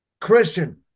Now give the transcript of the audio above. Christian